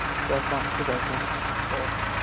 ᱪᱟᱨ ᱯᱟᱸᱪ ᱥᱚ ᱴᱟᱠᱟ ᱚ